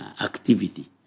activity